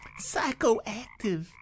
psychoactive